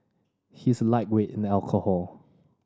he is a lightweight in alcohol